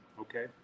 okay